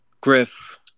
Griff